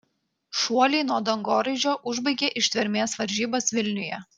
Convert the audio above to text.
šuoliai nuo dangoraižio užbaigė ištvermės varžybas vilniuje